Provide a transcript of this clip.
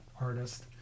artist